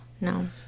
No